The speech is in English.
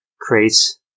creates